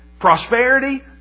prosperity